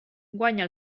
guanya